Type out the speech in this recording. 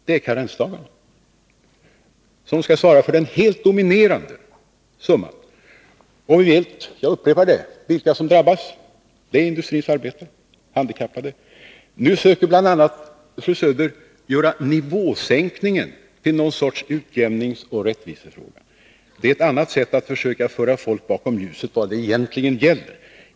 Det är karensdagarna som skall svara för den helt dominerande summan. Vi vet — jag upprepar det — vilka som drabbas; det är industrins arbetare och de handikappade. Nu försöker fru Söder göra nivåsänkningen till någon sorts utjämningsoch rättvisefråga. Det är ett annat sätt att försöka föra folk bakom ljuset.